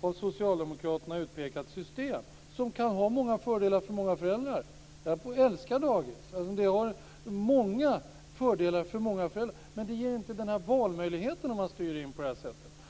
av socialdemokraterna utpekat system, som kan ha många fördelar för många föräldrar. Jag älskar dagis. Det har många fördelar för många föräldrar, men det ger inte valmöjligheter om man styr på det här sättet.